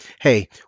Hey